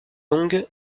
longues